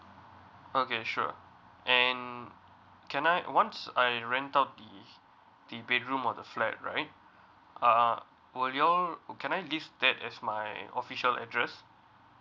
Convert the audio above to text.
okay sure and can I once I rent out the the bedroom of the flat right uh will you all can I leave that as my official address